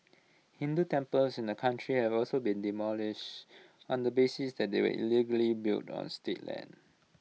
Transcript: Hindu temples in the country have also been demolished on the basis that they were illegally built on state land